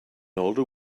older